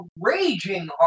raging